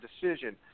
decision